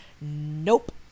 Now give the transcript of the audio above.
Nope